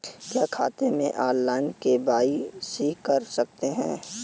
क्या खाते में ऑनलाइन के.वाई.सी कर सकते हैं?